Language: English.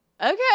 okay